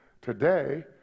today